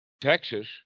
Texas